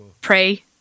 Pray